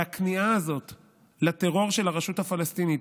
הכניעה הזאת לטרור של הרשות הפלסטינית,